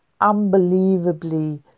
unbelievably